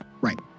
Right